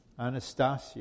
Anastasia